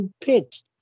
pitch